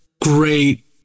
great